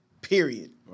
period